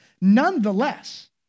nonetheless